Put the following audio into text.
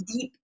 deep